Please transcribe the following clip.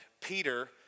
Peter